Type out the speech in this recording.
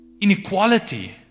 inequality